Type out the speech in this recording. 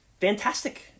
fantastic